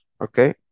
okay